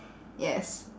yes